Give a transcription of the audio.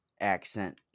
Accent